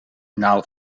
naald